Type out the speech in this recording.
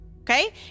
okay